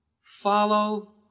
follow